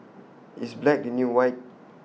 is black the new white